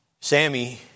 Sammy